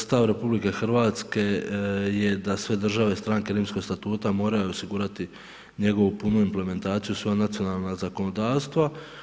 Stav RH je da sve države stranke Rimskog statuta moraju osigurati njegovu punu implementaciju u svoja nacionalna zakonodavstva.